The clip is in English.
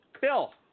Bill